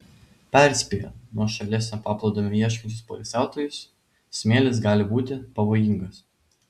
perspėja nuošalesnio paplūdimio ieškančius poilsiautojus smėlis gali būti pavojingas